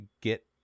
get